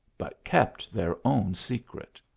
but kept their own secret.